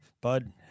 Bud